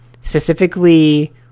specifically